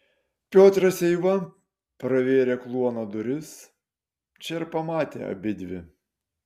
piotras eiva pravėrė kluono duris čia ir pamatė abidvi